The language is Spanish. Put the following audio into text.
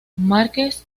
márquez